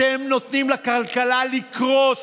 אתם נותנים לכלכלה לקרוס.